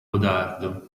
codardo